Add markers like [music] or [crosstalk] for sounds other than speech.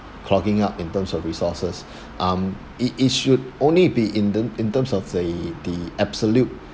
clogging up in terms of resources [breath] um it it should only be in te~ in terms of the the absolute